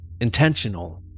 intentional